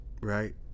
right